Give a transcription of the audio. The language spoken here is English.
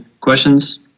questions